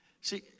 See